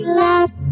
laugh